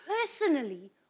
personally